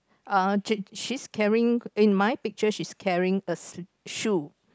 uh she's carrying in my picture she's carrying a shoe